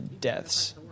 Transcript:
deaths